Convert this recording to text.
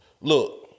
Look